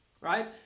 right